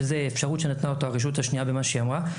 שזה אפשרות שנתנה אותה הרשות השנייה במה שהיא אמרה,